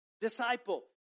disciple